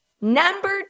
Number